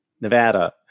Nevada